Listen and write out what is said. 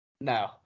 No